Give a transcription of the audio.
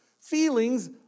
Feelings